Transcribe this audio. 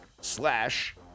slash